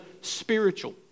spiritual